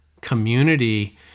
community